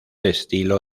estilo